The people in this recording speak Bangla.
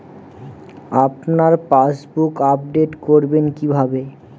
আপনার পাসবুক আপডেট করবেন কিভাবে?